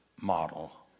model